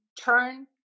turn